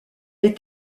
est